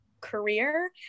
career